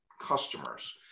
customers